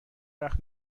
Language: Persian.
وقت